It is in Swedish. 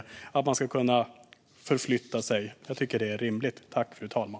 Jag tycker att det är rimligt att människor ska kunna förflytta sig.